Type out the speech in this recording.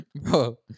bro